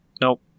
Nope